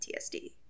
PTSD